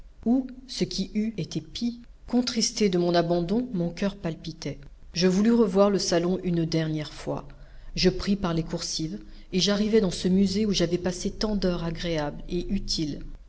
ou ce qui eût été pis contristé de mon abandon mon coeur palpitait je voulus revoir le salon une dernière fois je pris par les coursives et j'arrivai dans ce musée où j'avais passé tant d'heures agréables et utiles